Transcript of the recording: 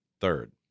Third